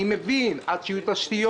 אני מבין שייקח זמן עד שיהיו תשתיות,